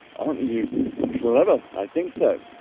aren't you clever i think so